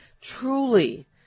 Truly